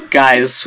guys